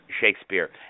Shakespeare